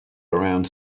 around